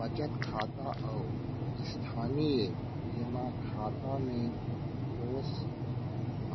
बचत खाता अऊ स्थानीय जेमा खाता में कोस